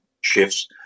shifts